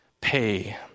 pay